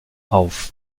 auf